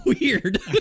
weird